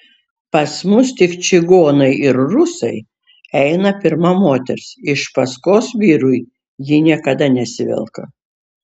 pas mus tik čigonai ir rusai eina pirma moters iš paskos vyrui ji niekada nesivelka